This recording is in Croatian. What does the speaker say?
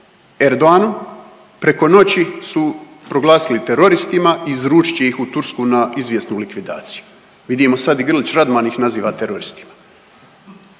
Erdogan preko noći su proglasili teroristima, izručit će ih u Tursku na izvjesnu likvidaciju. Vidimo sad i Grlić Radman ih naziva teroristima